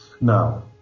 Now